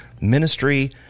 ministry